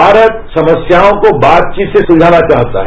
भारत समसाओं को बातचीत से सुलझाना चाहता है